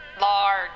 large